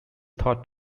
thought